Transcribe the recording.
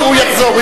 הוא יחזור,